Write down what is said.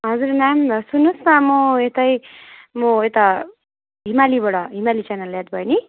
हजुर म्याम सुन्नुहोस् न म यतै म यता हिमालीबाट हिमाली च्यानेल एड भयो नि